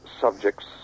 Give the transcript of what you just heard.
subjects